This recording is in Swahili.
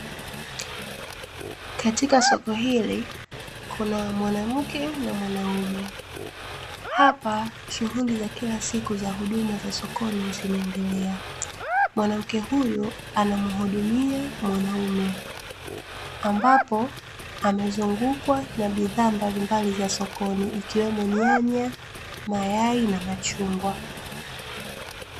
Katika soko hili kuna mwanamke na mwanaume, hapa shughuli za kila siku za huduma za sokoni zinaendelea, mwanamke huyu anamhudumia mwanaume ambapo amezungukwa na bidhaa mbalimbali za sokoni ikiwemo nyanya, mayai na machungwa .